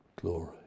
glory